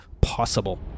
possible